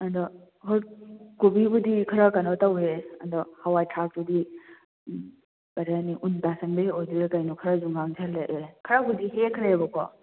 ꯑꯗꯣ ꯍꯣꯏ ꯀꯣꯕꯤꯕꯨꯗꯤ ꯈꯔ ꯀꯩꯅꯣ ꯇꯧꯋꯦ ꯑꯗꯣ ꯍꯋꯥꯏ ꯊꯔꯥꯛꯇꯨꯗꯤ ꯀꯔꯤ ꯍꯥꯏꯅꯤ ꯎꯟ ꯇꯥꯁꯟꯕꯩ ꯑꯣꯏꯗꯣꯏꯔꯥ ꯀꯩꯅꯣ ꯈꯔꯁꯨ ꯉꯥꯡꯖꯜꯂꯛꯑꯦ ꯈꯔꯕꯨꯗꯤ ꯍꯦꯛꯈ꯭ꯔꯦꯕꯀꯣ